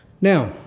Now